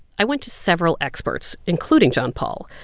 i went to several experts, including john paul.